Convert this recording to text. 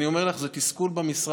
אני אומר לך, זה תסכול במשרד,